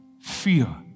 fear